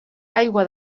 aigua